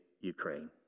Ukraine